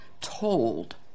told